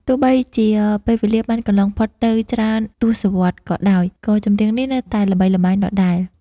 ទោះបីជាពេលវេលាបានកន្លងផុតទៅច្រើនទសវត្សរ៍ក៏ដោយ ក៏ចម្រៀងនេះនៅតែល្បីល្បាញដដែល។